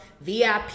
VIP